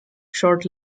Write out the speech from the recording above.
short